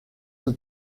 the